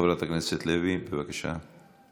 חברת הכנסת לוי, בבקשה.